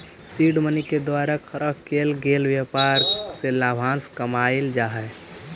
seed money के द्वारा खड़ा केल गेल व्यापार से लाभांश कमाएल जा हई